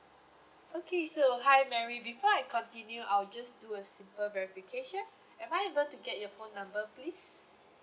okay so hi mary before I continue I'll just do a simple verification am I able get your phone number please